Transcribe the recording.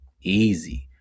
easy